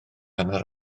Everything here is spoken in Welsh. hanner